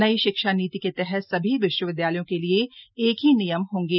नई शिक्षा नीति के तहत सभी विश्वविद्यालयों के लिए एक ही नियम होंगे